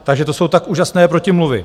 Takže to jsou tak úžasné protimluvy.